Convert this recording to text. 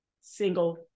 single